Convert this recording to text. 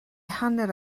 hanner